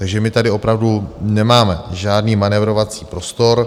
Takže my tady opravdu nemáme žádný manévrovací prostor.